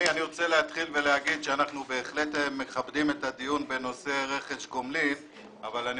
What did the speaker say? רוצה לומר שאנחנו בהחלט מכבדים את הדיון בנושא רכש גומלין אבל אני